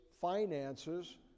finances